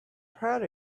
proud